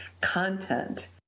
content